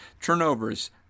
turnovers